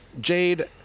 Jade